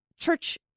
church